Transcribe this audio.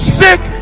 sick